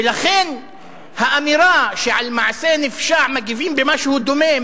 ולכן האמירה שעל מעשה נפשע מגיבים במשהו דומה,